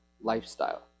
lifestyle